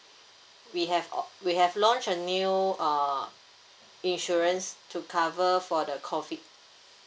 we have uh we have launch a new uh insurance to cover for the COVID